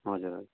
हजुर